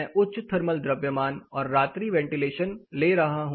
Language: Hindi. मैं उच्च थर्मल द्रव्यमान और रात्रि वेंटीलेशन ले रहा हूं